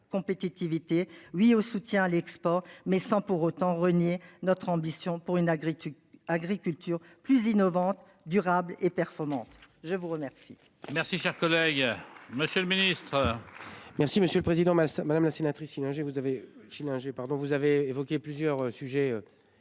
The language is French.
oui au soutien à l'export mais sans pour autant renier notre ambition pour une agriculture Agriculture plus innovante durables et performantes. Je vous remercie.